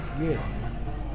yes